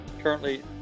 currently